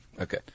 Okay